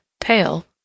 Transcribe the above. pale